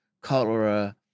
cholera